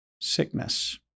sickness